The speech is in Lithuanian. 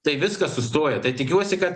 tai viskas sustoja tai tikiuosi kad